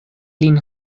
lin